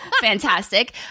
fantastic